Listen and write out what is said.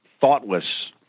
thoughtless